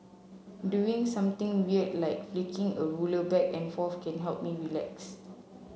doing something weird like flicking a ruler back and forth can help me relax